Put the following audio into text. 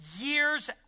years